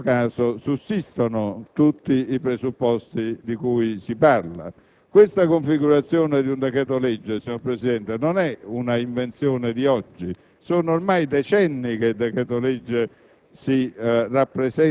è chiaro che in questo caso sussistono tutti i presupposti di cui si discute. Tale configurazione del decreto-legge, signor Presidente, non è una invenzione di oggi, sono ormai decenni che tale